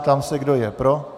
Ptám se, kdo je pro.